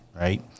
Right